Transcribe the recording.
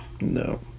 No